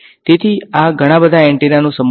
તેથીઆ ઘણા બધા એન્ટેનાનો સંગ્રહ છે